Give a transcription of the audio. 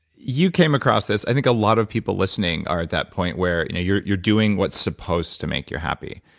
you came across this, i think a lot of people listening are at that point where you know you're you're doing what's supposed to make you happy,